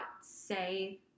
say